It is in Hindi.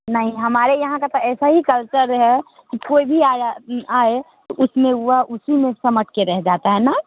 नहीं हमारे यहाँ का त ऐसा ही कल्चर है कि कोई भी आया आए तो उसमें वह उसी में सिमट के रह जाता है ना